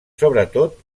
sobretot